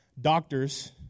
doctors